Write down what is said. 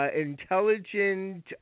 intelligent